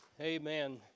amen